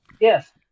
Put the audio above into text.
Yes